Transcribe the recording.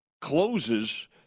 closes